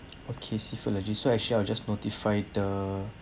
okay seafood allergy so I sha~ I'll just notify the